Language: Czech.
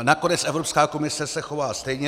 Nakonec Evropská komise se chová stejně.